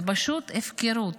זאת פשוט הפקרות.